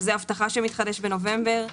חוזה אבטחה שמתחדש בנובמבר,